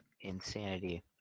insanity